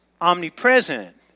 omnipresent